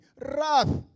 wrath